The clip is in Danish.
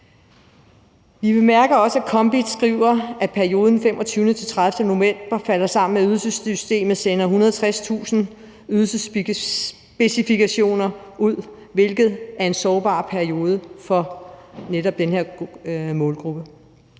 Vi bemærker også, at KOMBIT skriver, at perioden fra den 25. til den 30. november falder sammen med, at ydelsessystemet sender 160.000 ydelsesspecifikationer ud, hvilket er en sårbar periode for netop den her målgruppe.